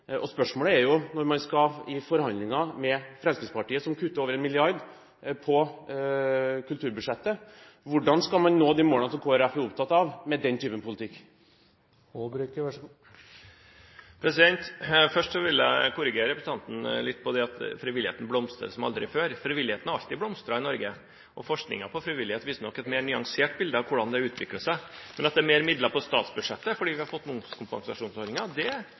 er spørsmålet hvordan man med den typen politikk skal nå de målene som Kristelig Folkeparti er opptatt av å nå. Først vil jeg korrigere representanten litt på det at frivilligheten blomstrer som aldri før. Frivilligheten i Norge har alltid blomstret, og forskningen på frivillighet viser nok et mer nyansert bilde av hvordan det utvikler seg. At det er flere midler på statsbudsjettet fordi vi har fått